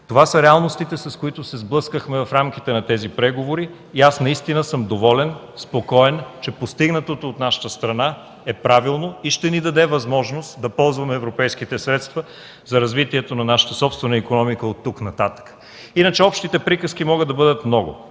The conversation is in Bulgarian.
Това са реалностите, с които се сблъскахме в рамките на тези преговори. Наистина съм доволен, спокоен, че постигнатото от нашата страна е правилно и ще ни даде възможност да ползваме европейските средства за развитието на нашата собствена икономика оттук нататък. Иначе общите приказки могат да бъдат много.